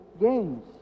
games